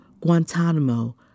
Guantanamo